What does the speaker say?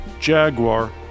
Jaguar